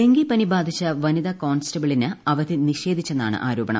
ഡെങ്കിപ്പനി ബാധിച്ച വനിതാ കോൺസ്റ്റബിളിന് അവധി നിഷേധിച്ചെന്നാണ് ആരോപണം